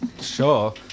Sure